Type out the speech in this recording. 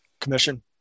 Commission